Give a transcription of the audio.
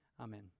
Amen